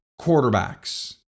quarterbacks